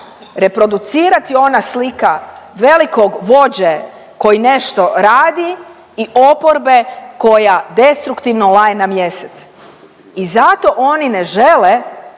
reproducirati ona slika velikog vođe koji nešto radi i oporbe koja destruktivno laje na mjesec. I zato oni ne žele